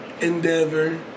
endeavor